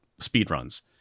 speedruns